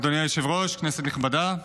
אדוני היושב-ראש, כנסת נכבדה,